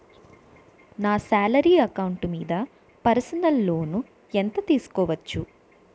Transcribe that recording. నా salary account మీద personal loan ఎంత తీసుకోవచ్చు?